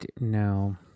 no